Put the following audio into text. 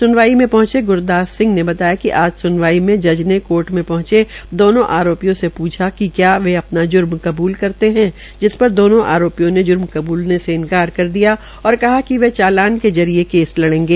स्नवाई में पहुंचे ग्रदास सिंह ने बताया कि आज स्नवाई मे जज ने कोर्ट में पहंचे दोनों आरोपियों से पूछा कि क्या वे अपना ज्र्म कबूल करते है जिस पर दोनों आरोपियों ने ज्र्म कबूलने से इन्कार कर दिया और कहा कि वे चालान के जरिये केस लड़ेंगे